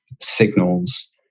signals